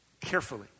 carefully